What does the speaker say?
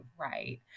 right